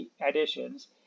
additions